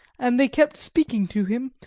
and they kept speaking to him,